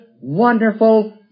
wonderful